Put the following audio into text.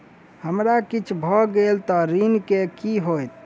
हमरा किछ भऽ गेल तऽ ऋण केँ की होइत?